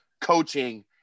coaching